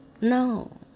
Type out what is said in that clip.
No